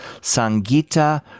Sangita